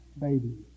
baby